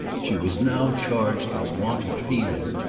she was now charged with want of feeling,